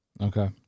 Okay